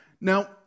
Now